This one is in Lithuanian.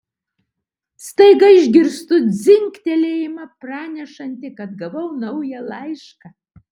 staiga išgirstu dzingtelėjimą pranešantį kad gavau naują laišką